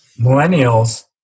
millennials